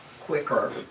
quicker